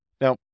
Now